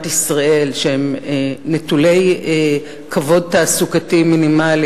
ישראל שהם נטולי כבוד תעסוקתי מינימלי,